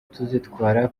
tuzitwara